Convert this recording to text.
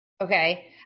Okay